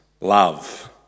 love